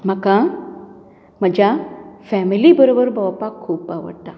म्हाका म्हज्या फेमिली बरबर भोंवपाक खूब आवडटा